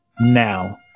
now